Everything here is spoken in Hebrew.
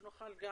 שנוכל גם